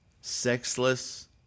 sexless